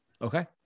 Okay